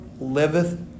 liveth